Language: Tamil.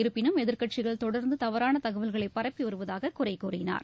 இருப்பினும் எதிர்க்கட்சிகள் தொடர்ந்து தவறான தகவல்களை பரப்பி வருவவதாக குறை கூறினார்